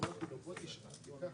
רוויזיה.